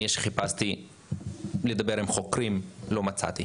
אני, כשחיפשתי לדבר עם חוקרים, כמעט ולא מצאתי.